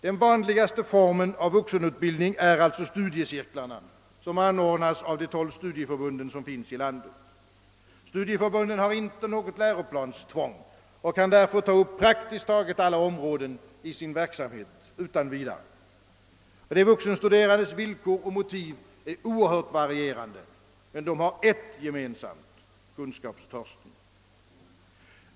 Den vanligaste formen av vuxenutbildning är alltså studiecirklarna, som anordnas av de 12 studieförbund som finns i landet. Studieförbunden har inte något läroplanstvång och kan därför ta upp praktiskt taget alla områden i sin verksamhet. De vuxenstuderandes villkor och motiv är oerhört varierande, men de har ett gemensamt, kunskapstörsten.